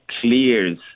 clears